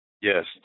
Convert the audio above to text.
Yes